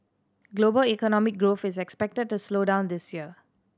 global economic growth is expected to slow down this year